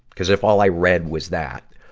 cuz if all i read was that,